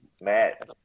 Matt